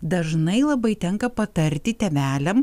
dažnai labai tenka patarti tėveliam